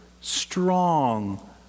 strong